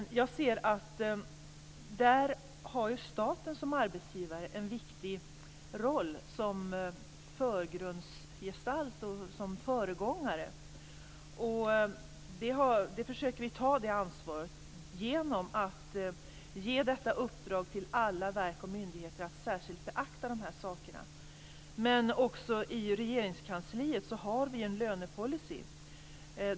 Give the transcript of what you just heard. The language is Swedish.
Staten har som arbetsgivare en viktig roll som förgrundsgestalt och föregångare. Det ansvaret försöker vi ta genom att ge ett uppdrag till alla verk och myndigheter att särskilt beakta dessa saker. Också i Regeringskansliet har vi en lönepolicy.